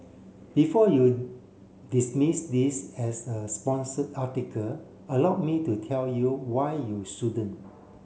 before you dismiss this as a sponsored article allowed me to tell you why you shouldn't